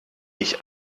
ich